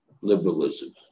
liberalism